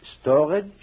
storage